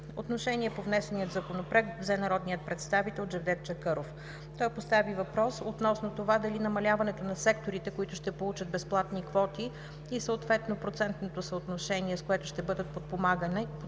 Отношение по внесения Законопроект взе народният представител Джевдет Чакъров. Той постави въпрос относно това дали намаляването на секторите, които ще получават безплатни квоти, и съответно процентното съотношение, с което ще бъдат подпомагани,